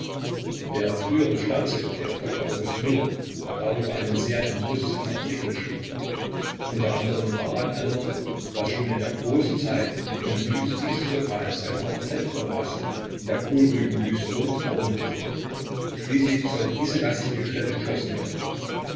der frühere staatssekretär dr august müller hat darüber einen sehr entrüsteten artikel geschrieben unter anderem daran erinnert daß schon in der großen zeit die menüs dieses lokals eine art fettoase in der kohlrübenwüste rund herum bildeten schließlich sollte diese gastliche stätte geschlossen werden